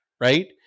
right